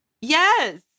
Yes